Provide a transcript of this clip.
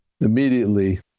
immediately